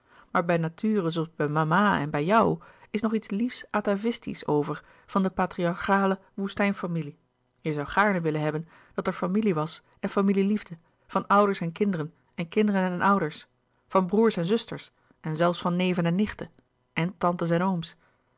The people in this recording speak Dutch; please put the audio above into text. maar bij naturen zooals bij mama en bij jou is nog iets liefs atavistisch over van de patriarchale woestijnfamilie je zoû gaarne willen hebben dat er familie was en familie liefde van ouders en kinderen en kinderen en ouders van broêrs en zusters en zelfs van neven en nichten en tantes en ooms